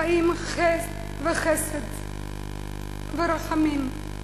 חיים, חן וחסד ורחמים".